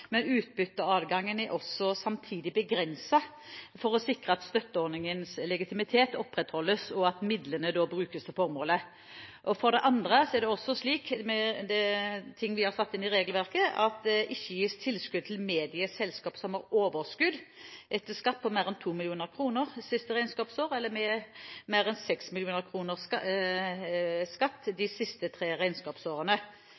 men utbytteadgangen er samtidig begrenset for å sikre at støtteordningens legitimitet opprettholdes, og at midlene brukes til formålet. Så har vi satt inn i regelverket at det ikke gis tilskudd til medieselskap som har overskudd etter skatt på mer enn 2 mill. kr siste regnskapsår eller mer enn 6 mill. kr etter skatt